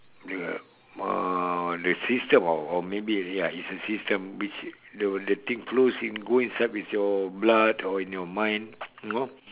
the uh the system or or maybe ya it's a system which the thing flows goes inside with your blood or in your mind you know